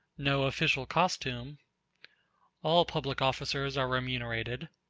no official costume all public officers are remunerated